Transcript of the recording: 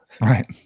Right